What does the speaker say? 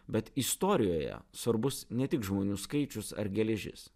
bet istorijoje svarbus ne tik žmonių skaičius ar geležis